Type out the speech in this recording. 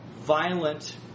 violent